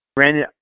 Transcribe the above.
Brandon